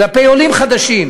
כלפי עולים חדשים,